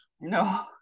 No